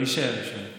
יישאר, יישאר.